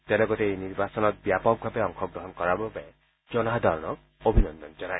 তেওঁ লগতে এই নিৰ্বাচনত ব্যাপকভাৱে অংশগ্ৰহণ কৰাৰ বাবে জনসাধাৰণক অভিনন্দন জনায়